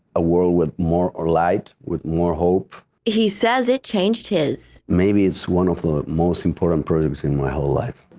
a world with more light. light. with more hope. he says it changed his. maybe it's one of the most important products in my whole life.